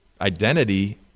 identity